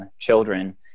children